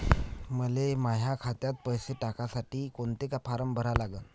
मले माह्या खात्यात पैसे टाकासाठी कोंता फारम भरा लागन?